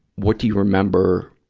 what do you remember,